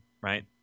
right